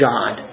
God